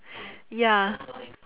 ya